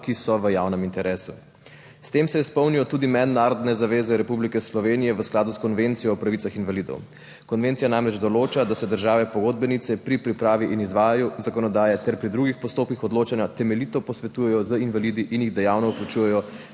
ki so v javnem interesu. S tem se izpolnijo tudi mednarodne zaveze Republike Slovenije v skladu s Konvencijo o pravicah invalidov. Konvencija namreč določa, da se države pogodbenice pri pripravi in izvajanju zakonodaje ter pri drugih postopkih odločanja temeljito posvetujejo z invalidi in jih dejavno vključujejo